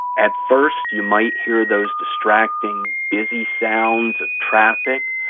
at first you might hear those distracting busy sounds of traffic,